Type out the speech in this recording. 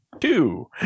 Two